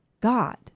God